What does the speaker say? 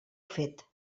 fet